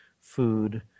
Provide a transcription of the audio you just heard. food